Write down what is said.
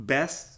Best